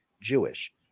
Jewish